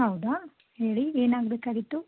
ಹೌದಾ ಹೇಳಿ ಏನಾಗಬೇಕಾಗಿತ್ತು